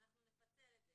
אנחנו נפצל את זה.